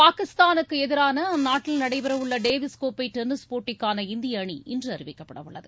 பாகிஸ்தானுக்கு எதிரான அந்நாட்டில் நடைபெறவுள்ள டேவிஸ் கோப்பை டென்னிஸ் போட்டிக்கான இந்திய அணி இன்று அறிவிக்கப்படவுள்ளது